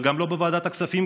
וגם לא בוועדת הכספים,